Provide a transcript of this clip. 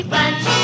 Bunch